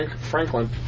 Franklin